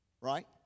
right